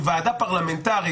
עם ועדה פרלמנטרית,